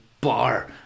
bar